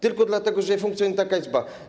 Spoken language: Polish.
Tylko dlatego, że funkcjonuje taka izba.